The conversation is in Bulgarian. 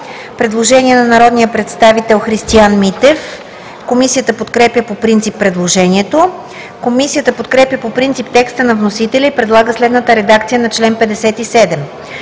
Предложение на народния представител Христиан Митев. Комисията подкрепя по принцип предложението. Комисията подкрепя по принцип текста на вносителя и предлага следната редакция на чл.